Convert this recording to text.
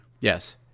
Yes